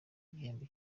igihembo